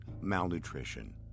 malnutrition